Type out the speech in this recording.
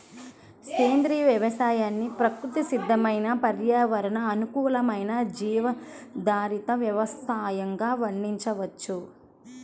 సేంద్రియ వ్యవసాయాన్ని ప్రకృతి సిద్దమైన పర్యావరణ అనుకూలమైన జీవాధారిత వ్యవసయంగా వర్ణించవచ్చు